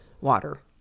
water